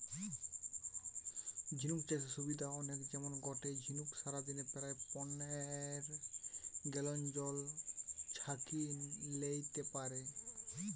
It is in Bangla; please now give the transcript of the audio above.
ঝিনুক চাষের সুবিধা অনেক যেমন গটে ঝিনুক সারাদিনে প্রায় পনের গ্যালন জল ছহাকি লেইতে পারে